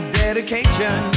dedication